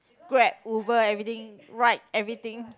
Grab Uber everything Ryde everything